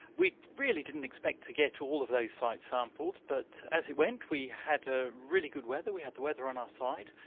we really didn't expect to get all of those sites sampled, but as it went we had ah really good weather, we had the weather on our side,